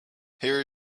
here